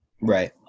Right